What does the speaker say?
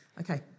Okay